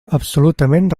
absolutament